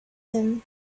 him